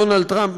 דונלד טראמפ,